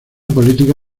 política